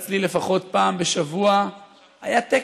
אצלי לפחות פעם בשבוע היה טקס,